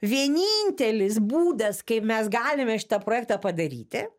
vienintelis būdas kaip mes galime šitą projektą padaryti